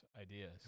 ideas